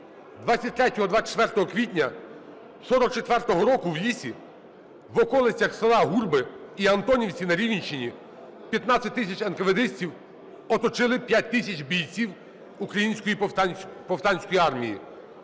23-24 квітня 44-го року в лісі в околицях села Гурби і Антонівці на Рівненщині 15 тисяч енкаведистів оточили 5 тисяч бійців Української повстанської армії.